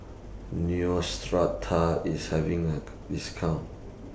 Neostrata IS having A discount